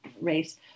race